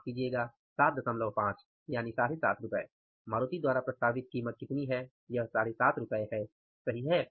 मारुति द्वारा प्रस्तावित कीमत कितनी है यह 75 रु है सही है